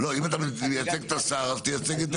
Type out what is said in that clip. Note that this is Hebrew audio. אתה מייצג את השר אז תייצג את עמדת השר.